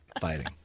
fighting